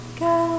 go